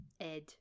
Ed